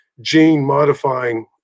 gene-modifying